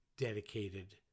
dedicated